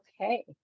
okay